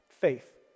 faith